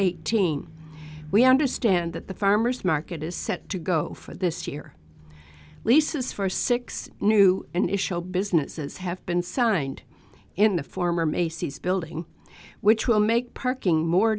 eighteen we understand that the farmers market is set to go for this year leases for six new initial businesses have been signed in the former macy's building which will make